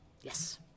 Yes